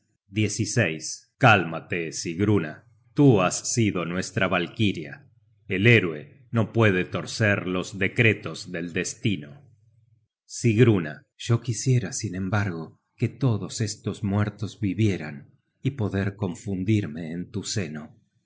potencias cálmate sigruna tú has sido nuestra valkiria el héroe no puede torcer los decretos del destino yo quisiera sin embargo que todos estos muertos vivieran y poder confundirme en tu seno